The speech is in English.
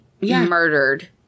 murdered